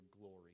glory